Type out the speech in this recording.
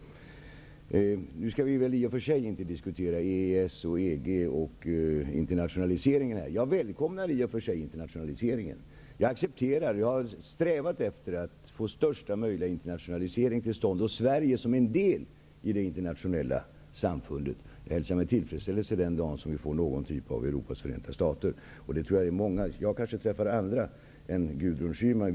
Nu skall vi i och för sig inte diskutera EES och EG och internationaliseringen. Jag välkomnar dock internationaliseringen. Jag accepterar den, och jag har strävat efter att få största möjliga internationalisering till stånd. Sverige som en del av det internationella samfundet hälsar jag med tillfredsställelse den dag vi får någon typ av Jag kanske träffar andra människor än Gudrun Schyman gör.